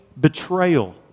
betrayal